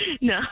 No